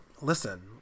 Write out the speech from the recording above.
Listen